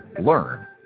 Learn